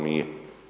Nije.